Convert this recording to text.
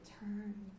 turn